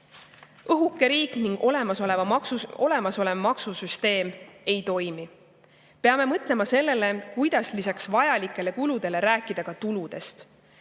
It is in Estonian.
Õhuke riik ning olemasolev maksusüsteem ei toimi. Peame mõtlema sellele, kuidas lisaks vajalikele kuludele rääkida tuludest.